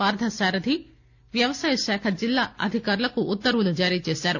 పార్ణసారధి వ్యవసాయ శాఖ జిల్లా అధికారులకు ఉత్తర్వులు జారీ చేశారు